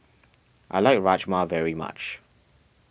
I like Rajma very much